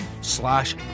slash